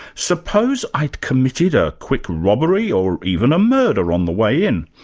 suppose i'd committed a quick robbery or even a murder on the way in?